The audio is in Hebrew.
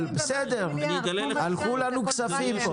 אבל בסדר, הלכו לנו כספים.